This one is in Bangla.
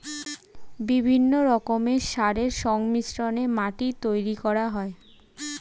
বিভিন্ন রকমের সারের সংমিশ্রণে মাটি তৈরি করা হয়